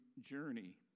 journey